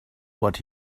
what